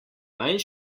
manj